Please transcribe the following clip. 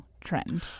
trend